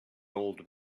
old